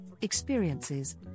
experiences